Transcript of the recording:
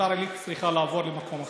ביתר עילית צריכה לעבור למקום אחר,